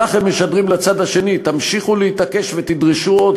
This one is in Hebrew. כך הם משדרים לצד השני: תמשיכו להתעקש ותדרשו עוד,